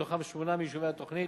מתוכן שמונה מיישובי התוכנית.